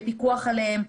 לפיקוח עליהם.